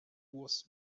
was